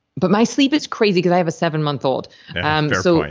but my sleep is crazy because i have a seven-month-old and so and